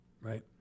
right